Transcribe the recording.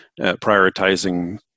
Prioritizing